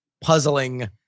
puzzling